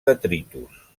detritus